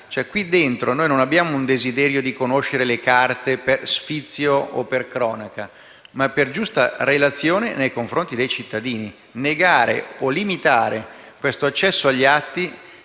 Qui dentro noi non abbiamo desiderio di conoscere le carte per sfizio o per cronaca, ma per giusta relazione nei confronti dei cittadini. Negare o limitare l'accesso agli atti